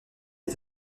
est